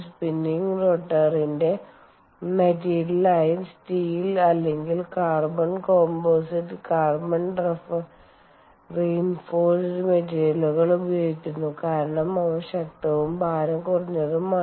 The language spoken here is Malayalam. സ്പിന്നിംഗ് റോട്ടറിന്റെ മെറ്റീരിയലായി സ്റ്റീൽ1 അല്ലെങ്കിൽ കാർബൺ കോമ്പോസിറ്റ് കാർബൺ റൈൻഫോഴ്സ്ഡ് മെറ്റീരിയലുകൾ ഉപയോഗിക്കുന്നു കാരണം അവ ശക്തവും ഭാരം കുറഞ്ഞതുമാണ്